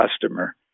customer